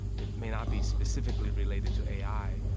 it may not be specifically related to a i,